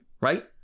right